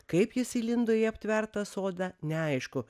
kaip jis įlindo į aptvertą sodą neaišku